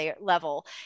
level